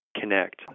connect